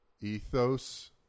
ethos